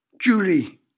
Julie